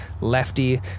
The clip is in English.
Lefty